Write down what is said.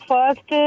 First